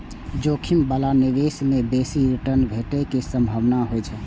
जोखिम बला निवेश मे बेसी रिटर्न भेटै के संभावना होइ छै